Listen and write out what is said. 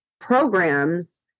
programs